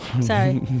sorry